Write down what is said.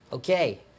Okay